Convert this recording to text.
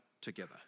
together